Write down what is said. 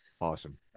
Awesome